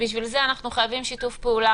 בשביל זה אנחנו חייבים שיתוף פעולה